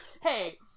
Hey